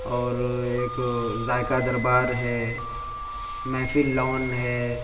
اور ایک ذائقہ دربار ہے محفل لان ہے